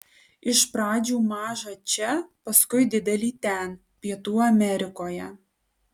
iš pradžių mažą čia paskui didelį ten pietų amerikoje